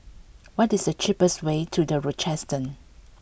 what is the cheapest way to The Rochester